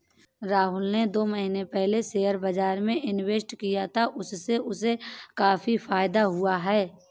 राहुल ने दो महीने पहले शेयर बाजार में इन्वेस्ट किया था, उससे उसे काफी फायदा हुआ है